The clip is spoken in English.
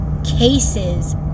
cases